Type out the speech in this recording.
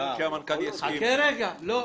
יכול להיות שהמנכ"ל יסכים --- חכה רגע, לא.